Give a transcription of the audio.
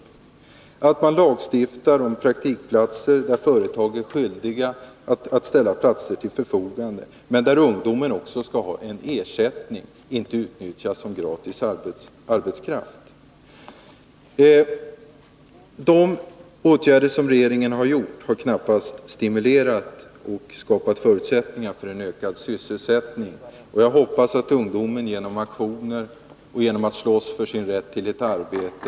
| Man kunde lagstifta om praktik, så att företag blir skyldiga att ställa praktikplatser till förfogande, där ungdomarna också skall ha ersättning och | inte utnyttjas som gratis arbetskraft. De åtgärder som regeringen vidtagit har knappast skapat förutsättningar för en ökad sysselsättning. Jag hoppas att ungdomen genom aktioner och genom att slåss för sin rätt till ett arbete ———.